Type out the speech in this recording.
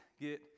get